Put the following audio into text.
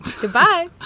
goodbye